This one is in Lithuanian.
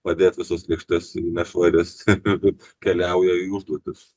padėt visas lėkštes į nešvarius jau keliauja į užduotis